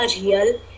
real